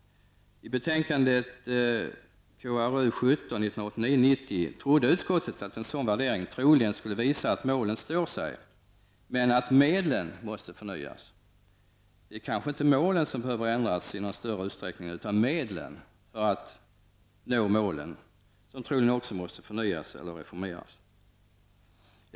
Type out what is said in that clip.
Av kulturutskottets betänkande 1989/90:17 framgår att utskottet trodde att en sådan värdering skulle visa att målen står sig men att medlen måste förnyas. Det är kanske inte målen som behöver ändras i någon större utsträckning utan medlen för att nå målen. Det är troligen de senare som måste förnyas eller reformeras.